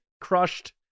crushed